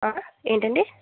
ఆ ఏంటండి